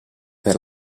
per